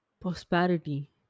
Prosperity